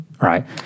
Right